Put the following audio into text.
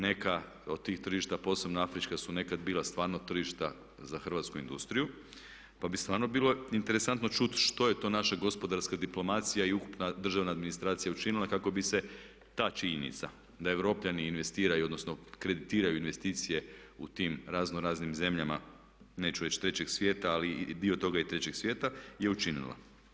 Neka od tih tržišta posebno afrička su nekad bila stvarno tržišta za hrvatsku industriju pa bi stvarno bilo interesantno čuti što je to naša gospodarska diplomacija i ukupna državna administracija učinila kako bi se ta činjenica da Europljani investiraju odnosno kreditiraju investicije u tim raznoraznim zemljama neću reći trećeg svijeta ali dio toga i trećeg svijeta je učinila.